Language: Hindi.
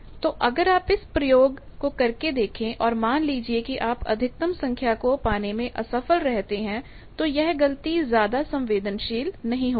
तो अगर आप यह प्रयोग करके देखें और मान लीजिए कि आप अधिकतम संख्या को पाने में असफल रहते हैं तो यह गलती ज्यादा संवेदनशील नहीं होगी